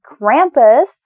Krampus